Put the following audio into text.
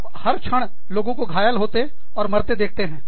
आप हर क्षण लोगों को घायल होते और मरते देखते हैं